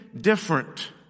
different